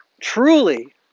truly